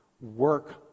work